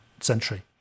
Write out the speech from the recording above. century